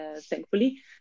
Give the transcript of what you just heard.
thankfully